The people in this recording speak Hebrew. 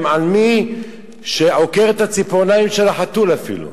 על מי שעוקר את הציפורניים של החתול אפילו.